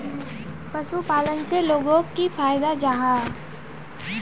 पशुपालन से लोगोक की फायदा जाहा?